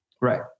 Right